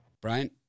Brian